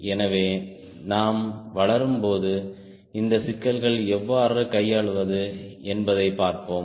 எனவே நாம் வளரும்போது இந்த சிக்கல்களை எவ்வாறு கையாள்வது என்பதைப் பார்ப்போம்